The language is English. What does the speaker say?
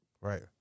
right